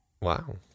Wow